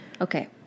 Okay